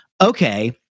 okay